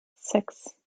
six